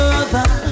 over